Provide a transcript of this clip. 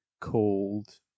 called